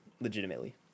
legitimately